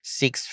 six